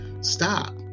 Stop